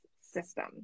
system